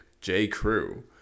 J.Crew